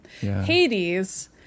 Hades